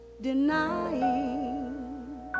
denying